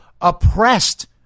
oppressed